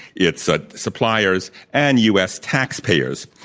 its ah suppliers, and u. s. taxpayers.